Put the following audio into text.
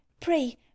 Pray